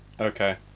Okay